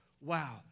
Wow